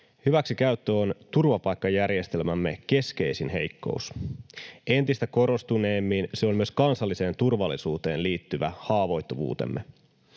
Hyväksikäyttö on turvapaikkajärjestelmämme keskeisin heikkous. Entistä korostuneemmin se on myös kansalliseen turvallisuuteen liittyvä haavoittuvuutemme.